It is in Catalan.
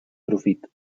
profit